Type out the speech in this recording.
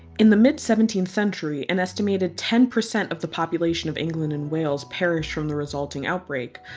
in the mid seventeenth century an estimated ten percent of the population of england and wales perished from the resulting outbreak,